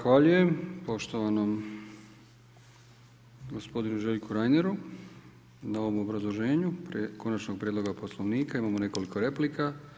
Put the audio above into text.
Zahvaljujem poštovanom gospodinu Željku Reineru na ovom obrazloženju konačnog prijedloga Poslovnika, imamo nekoliko replika.